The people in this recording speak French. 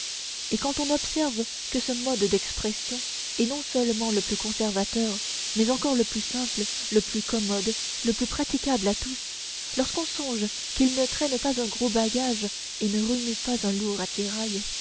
et quand on observe que ce mode d'expression est non seulement le plus conservateur mais encore le plus simple le plus commode le plus praticable à tous lorsqu'on songe qu'il ne traîne pas un gros bagage et ne remue pas un lourd attirail